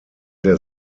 der